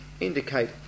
indicate